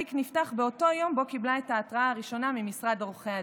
התיק נפתח באותו יום שבו קיבלה את ההתראה הראשונה ממשרד עורכי הדין.